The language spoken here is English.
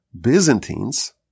Byzantines